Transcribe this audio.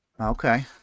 Okay